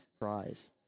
prize